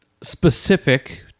specific